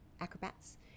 acrobats